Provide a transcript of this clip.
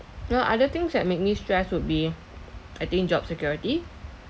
no other things that made me stress would be I think job security